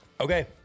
Okay